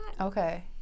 Okay